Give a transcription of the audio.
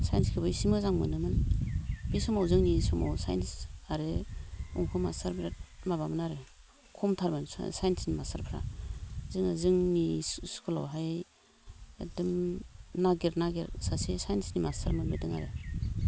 साइन्सखोबो इसे मोजां मोनोमोन बे समाव जोंनि समाव साइन्स आरो अंख' मास्टार बिराद माबामोन आरो खम थारमोन साइन्सनि मास्टारफ्रा जोङो जोंनि स्कुलावहाय एखदम नागेर नागेर सासे साइन्सनि मास्टार मोनबोदों आरो